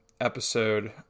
episode